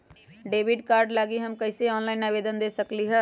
Debit card लागी हम कईसे ऑनलाइन आवेदन दे सकलि ह?